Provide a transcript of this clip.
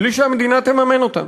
בלי שהמדינה תממן אותם.